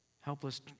helpless